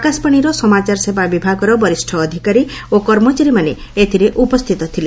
ଆକାଶବାଣୀର ସମାଚାର ସେବା ବିଭାଗର ବରିଷ୍ଠ ଅଧିକାରୀ ଓ କର୍ମଚାରୀମାନେ ଏଥିରେ ଉପସ୍ଥିତ ଥିଲେ